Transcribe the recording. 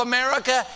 America